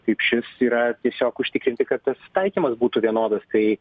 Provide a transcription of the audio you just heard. kaip šis yra tiesiog užtikrinti kad tas taikymas būtų vienodas tai